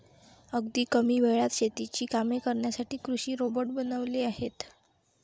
अगदी कमी वेळात शेतीची कामे करण्यासाठी कृषी रोबोट बनवले आहेत